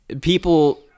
people